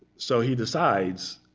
so he decides,